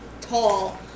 tall